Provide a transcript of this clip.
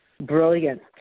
brilliant